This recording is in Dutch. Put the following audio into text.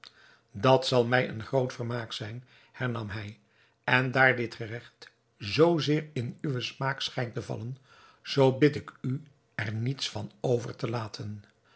dat zal mij een groot vermaak zijn hernam hij en daar dit geregt zoo zeer in uwen smaak schijnt te vallen zoo bid ik u er niets van over te laten